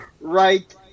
right